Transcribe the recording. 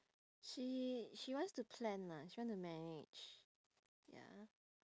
she she wants to plan lah she want to manage ya